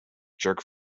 jerk